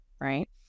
right